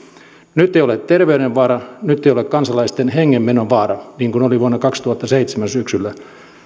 nyt ei ole terveyden vaara nyt ei ole kansalaisten hengenmenon vaara niin kuin oli vuonna kaksituhattaseitsemän syksyllä